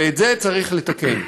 ואת זה צריך לתקן.